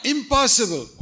Impossible